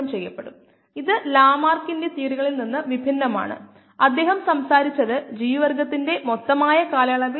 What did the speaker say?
37 in to 10 power minus 3 log to the base 10 of 10 power 3